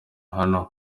hano